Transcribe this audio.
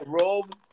Robe